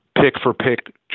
pick-for-pick